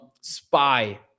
spy